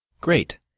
Great